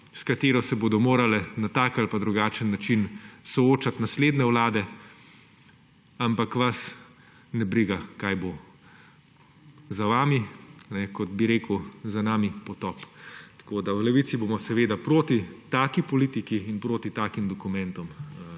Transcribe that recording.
s katero se bodo morale na tak ali pa drugačen način soočati naslednje vlade. Ampak vas ne briga, kaj bo za vami. Kot bi rekel, za nami potop. V Levici bomo proti taki politiki in proti takim dokumentom